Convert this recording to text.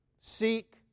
Seek